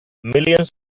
millions